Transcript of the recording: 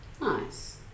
Nice